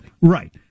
right